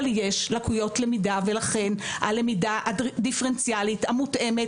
אבל יש לקויות למידה ולכן הלמידה הדיפרנציאלית המותאמת,